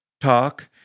TALK